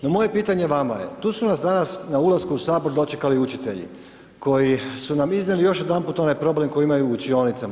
No moje pitanje vama je, tu su nas danas na ulasku u Sabor dočekali učitelji koji su nam iznijeli još jedanput onaj problem koji imaju u učionicama.